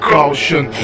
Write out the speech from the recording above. Caution